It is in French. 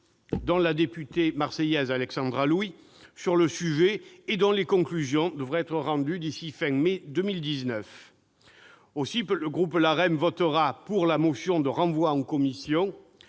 dont la députée marseillaise Alexandra Louis, sur le sujet, et dont les conclusions devraient être rendues d'ici à la fin de mai 2019. Aussi, le groupe LaREM votera pour la motion de renvoi en commission,